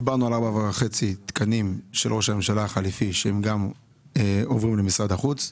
דיברנו על 4.5 תקנים של ראש הממשלה החליפי שהם עוברי למשרד החוץ.